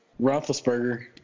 Roethlisberger